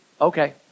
okay